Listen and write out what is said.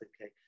okay